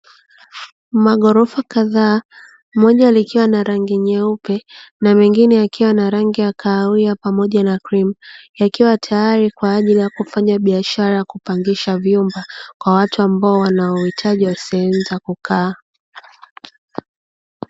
Maghorofa kadhaa moja likiwa na rangi nyeupe na mengine, yakiwa na rangi ya kahawia pamoja na krimu yakiwa tayari kwa ajili ya kufanya biashara ya kupangisha vyumba kwa watu ambao wanauhitaji wa sehemu za kukaa.